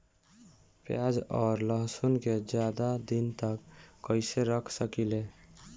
प्याज और लहसुन के ज्यादा दिन तक कइसे रख सकिले?